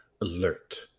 alert